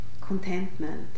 contentment